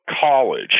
college